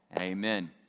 Amen